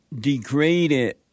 degraded